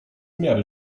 miary